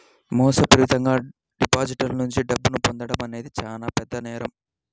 మోసపూరితంగా డిపాజిటర్ల నుండి డబ్బును పొందడం అనేది చానా పెద్ద నేరం